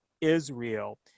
israel